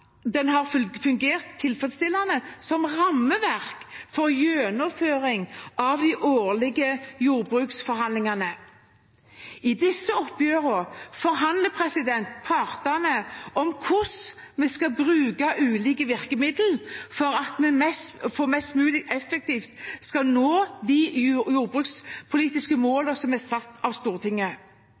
den har fungert tilfredsstillende som rammeverk for gjennomføring av de årlige jordbruksforhandlingene. I disse oppgjørene forhandler partene om hvordan vi skal bruke ulike virkemidler for at vi mest mulig effektivt skal nå de jordbrukspolitiske målene som er satt av Stortinget.